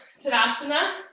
Tadasana